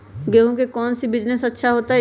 गेंहू के कौन बिजनेस अच्छा होतई?